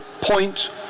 point